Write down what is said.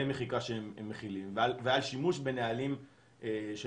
המחיקה שהם מחילים ועל שימוש בנהלים שלהם.